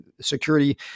security